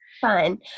Fun